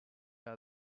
are